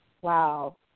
Wow